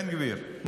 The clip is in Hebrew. בן גביר,